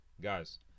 guys